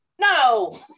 No